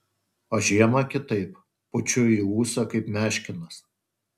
o žiemą kitaip pučiu į ūsą kaip meškinas